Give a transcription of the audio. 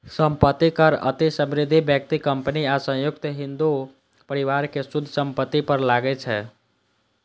संपत्ति कर अति समृद्ध व्यक्ति, कंपनी आ संयुक्त हिंदू परिवार के शुद्ध संपत्ति पर लागै छै